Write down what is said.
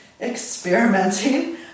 experimenting